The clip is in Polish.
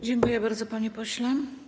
Dziękuję bardzo, panie pośle.